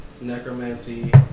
necromancy